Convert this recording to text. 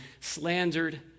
slandered